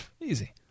Easy